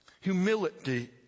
Humility